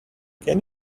can